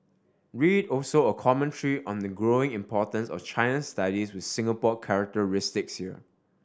read also a commentary on the growing importance of China studies with Singapore characteristics here